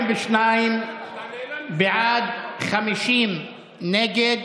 42 בעד, 50 נגד,